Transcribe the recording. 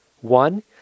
One